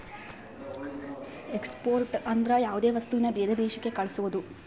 export ಅಂದ್ರ ಯಾವ್ದೇ ವಸ್ತುನ ಬೇರೆ ದೇಶಕ್ ಕಳ್ಸೋದು